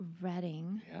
reading